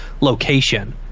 location